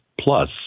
Plus